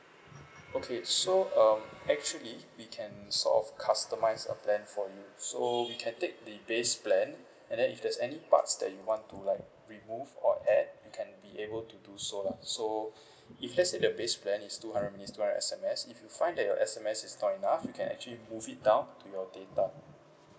okay so um actually we can sort of customise a plan for you so we can take the base plan and then if there's any parts that you want to like remove or add you can be able to do so lah so if let's say the base plan is two hundred minutes two hundred S_M_S if you find that your S_M_S is not enough you can actually move it down to your data